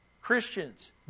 Christians